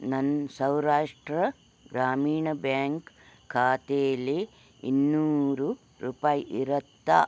ನನ್ನ ಸೌರಾಷ್ಟ್ರ ಗ್ರಾಮೀಣ ಬ್ಯಾಂಕ್ ಖಾತೇಲ್ಲಿ ಇನ್ನೂರು ರೂಪಾಯಿ ಇರುತ್ತಾ